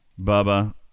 Bubba